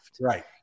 Right